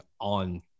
on